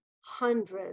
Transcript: hundreds